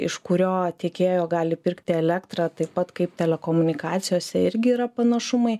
iš kurio tiekėjo gali pirkti elektrą taip pat kaip telekomunikacijose irgi yra panašumai